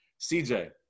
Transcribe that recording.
CJ